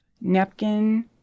napkin